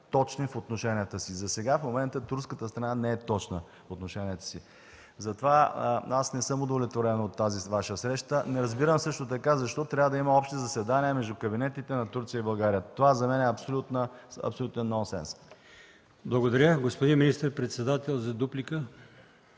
точни в отношенията си. Засега турската страна не е точна в отношенията си. Затова аз не съм удовлетворен от тази Ваша среща. Не разбирам също така защо трябва да има общи заседания между кабинетите на Турция и България? Това за мен е абсолютен нон сенс. ПРЕДСЕДАТЕЛ АЛИОСМАН ИМАМОВ: Благодаря. Господин министър-председател – за дуплика.